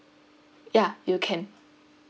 ya you can